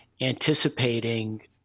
anticipating